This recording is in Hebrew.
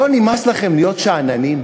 לא נמאס לכם להיות שאננים?